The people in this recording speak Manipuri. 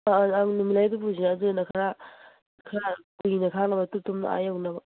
ꯑꯪ ꯑꯪ ꯅꯨꯃꯤꯠꯂꯩꯗꯨ ꯄꯨꯁꯤ ꯑꯗꯨꯅ ꯈꯔ ꯈꯔ ꯀꯨꯏꯅ ꯈꯥꯡꯅꯕ ꯇꯨꯞ ꯇꯨꯞꯅ ꯑꯥ ꯌꯧꯅꯕ